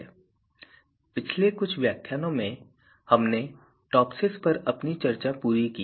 इसलिए पिछले कुछ व्याख्यानों में हमने टॉपसिस पर अपनी चर्चा पूरी की